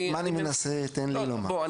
בוא,